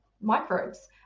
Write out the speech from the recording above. microbes